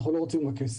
אנחנו לא רוצים עוד כסף.